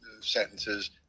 sentences